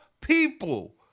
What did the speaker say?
people